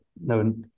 no